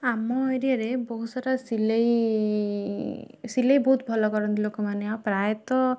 ଆମ ଏରିଆରେ ବହୁତ ସାରା ସିଲାଇ ସିଲାଇ ବହୁତ୍ ଭଲ କରନ୍ତି ଲୋକମାନେ ଆଉ ପ୍ରାୟତଃ